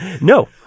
no